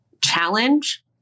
challenge